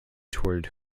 toward